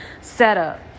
setup